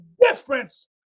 difference